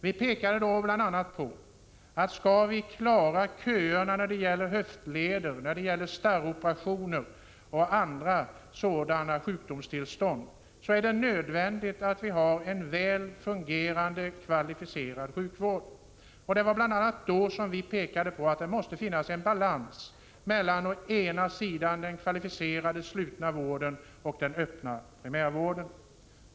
Vi framhöll att om vi skall klara av köerna när det gäller höftledsoch starroperationer och andra sådana sjukdomstillstånd är det nödvändigt att vi har en väl fungerande kvalificerad sjukvård. Då pekade vi bl.a. på att det måste finnas en balans mellan den kvalificerade slutna vården och den öppna primärvården.